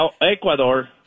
Ecuador